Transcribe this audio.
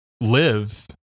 live